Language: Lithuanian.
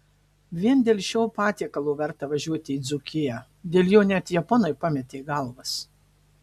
vien dėl šio patiekalo verta važiuoti į dzūkiją dėl jo net japonai pametė galvas